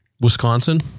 Wisconsin